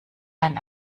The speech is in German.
ein